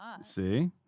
see